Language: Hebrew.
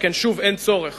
שכן שוב אין צורך